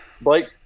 blake